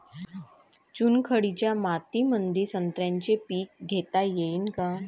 चुनखडीच्या मातीमंदी संत्र्याचे पीक घेता येईन का?